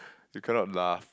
you cannot laugh